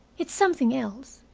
it's something else.